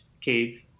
Cave